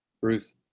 ruth